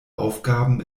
aufgaben